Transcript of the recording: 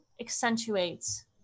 accentuates